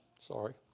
Sorry